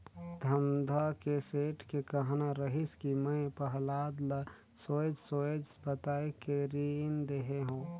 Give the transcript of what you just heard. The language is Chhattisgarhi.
धमधा के सेठ के कहना रहिस कि मैं पहलाद ल सोएझ सोएझ बताये के रीन देहे हो